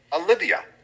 Olivia